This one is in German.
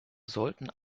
sollten